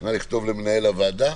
נא לכתוב למנהל הוועדה,